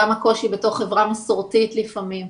גם הקושי בתוך חברה מסורתית לפעמים,